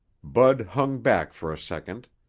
bud hung back for a second.